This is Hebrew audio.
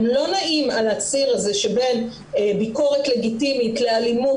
הם לא נעים על הציר הזה שבין ביקורת לגיטימית לאלימות,